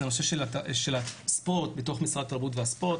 נושא הספורט בתוך משרד התרבות והספורט.